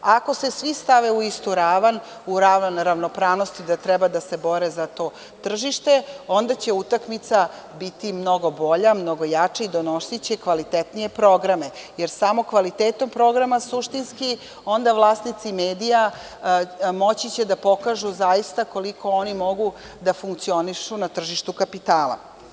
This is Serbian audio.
Ako se svi stave u istu ravan, u ravan ravnopravnosti gde treba da se bore za to tržište, onda će utakmica biti mnogo bolja, mnogo jača i donosiće kvalitetnije programe jer samo kvalitetom programa suštinski onda vlasnici medija, moći će da pokažu zaista koliko oni mogu da funkcionišu na tržištu kapitala.